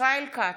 ישראל כץ,